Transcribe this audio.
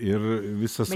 ir visas